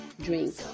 Drink